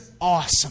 awesome